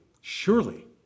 surely